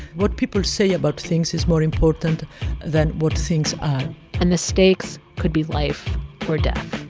what people say about things is more important than what things are and the stakes could be life or death